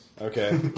Okay